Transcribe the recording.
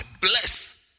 bless